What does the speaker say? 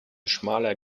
schmaler